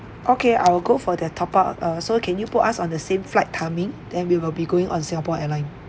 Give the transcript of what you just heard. okay I will go for the top up uh so can you put us on the same flight timing then we will be going on singapore airlines